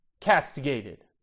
castigated